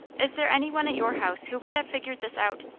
is there any one at your house who would have figured this out,